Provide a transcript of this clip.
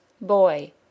BOY